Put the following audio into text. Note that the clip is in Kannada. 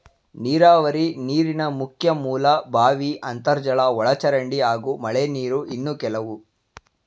ನೀರಾವರಿ ನೀರಿನ ಮುಖ್ಯ ಮೂಲ ಬಾವಿ ಅಂತರ್ಜಲ ಒಳಚರಂಡಿ ಹಾಗೂ ಮಳೆನೀರು ಇನ್ನು ಕೆಲವು